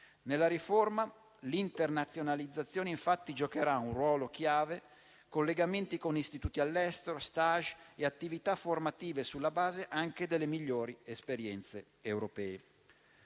Nella riforma, l'internazionalizzazione, infatti, giocherà un ruolo chiave, con collegamenti con istituti all'estero, *stage* e attività formative sulla base delle migliori esperienze europee.